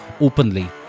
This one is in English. openly